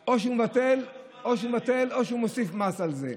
או שהוא מוסיף מס על זה.